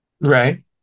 right